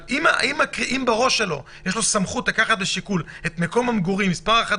אם יש לו סמכות לקחת כשיקול את מספר החדרים,